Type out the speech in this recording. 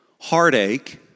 heartache